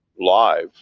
live